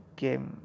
game